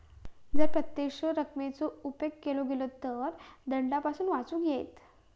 जर प्रत्यक्ष जमा रकमेचो उपेग केलो गेलो तर दंडापासून वाचुक येयत